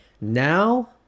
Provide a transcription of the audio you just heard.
now